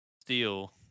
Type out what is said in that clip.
steel